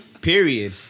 Period